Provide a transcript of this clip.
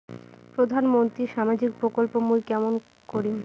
প্রধান মন্ত্রীর সামাজিক প্রকল্প মুই কেমন করিম?